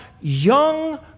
young